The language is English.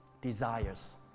desires